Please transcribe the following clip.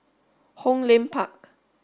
Hong Lim Park